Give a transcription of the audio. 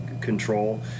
control